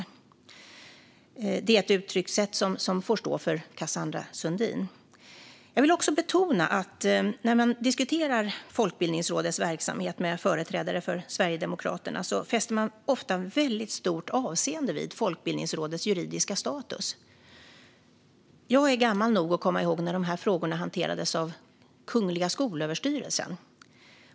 Det är ett uttryckssätt som får stå för Cassandra Sundin. Jag vill också betona att när man diskuterar Folkbildningsrådets verksamhet med företrädare för Sverigedemokraterna fäster de ofta väldigt stort avseende vid Folkbildningsrådets juridiska status. Jag är gammal nog att komma ihåg när de här frågorna hanterades av Kungliga skolöverstyrelsen.